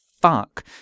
fuck